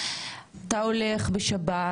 אתה הולך בשבת,